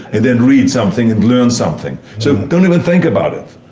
and then read something and learn something. so don't even think about it.